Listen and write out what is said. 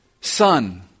son